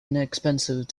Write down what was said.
inexpensive